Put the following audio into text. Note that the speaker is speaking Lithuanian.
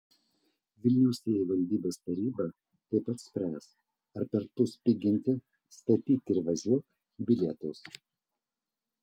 vilniaus savivaldybės taryba taip pat spręs ar perpus piginti statyk ir važiuok bilietus